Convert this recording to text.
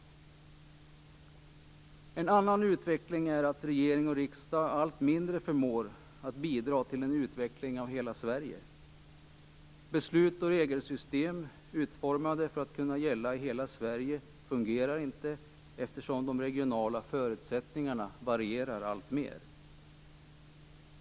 En annan utveckling är att regering och riksdag allt mindre förmår att bidra till en utveckling av hela Sverige. Beslut och regelsystem som är utformade för att kunna gälla hela Sverige fungerar inte, eftersom de regionala förutsättningarna varierar alltmer.